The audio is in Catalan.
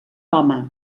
home